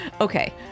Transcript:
okay